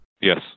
Yes